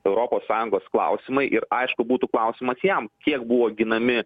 europos sąjungos klausimai ir aišku būtų klausimas jam kiek buvo ginami